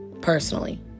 personally